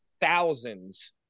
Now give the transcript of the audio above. thousands